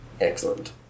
Excellent